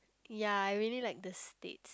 ya I really like the States